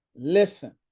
Listen